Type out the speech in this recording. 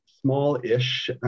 small-ish